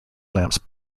lamps